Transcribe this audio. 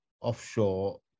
offshore